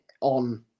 on